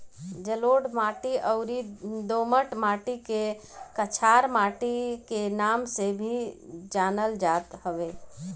जलोढ़ माटी अउरी दोमट माटी के कछार माटी के नाम से भी जानल जात हवे